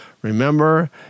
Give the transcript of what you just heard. Remember